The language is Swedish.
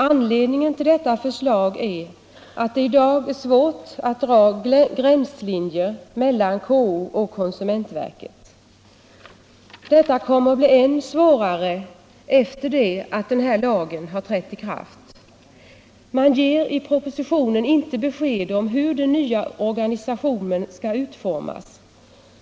Anledningen till detta förslag är att det i dag är svårt att dra gränslinjer mellan KO och konsumentverket. Det kommer att bli än svårare efter det att denna lag har trätt i kraft. Man ger i propositionen inte besked om hur den nya organisationen skall utformas.